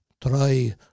try